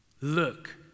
Look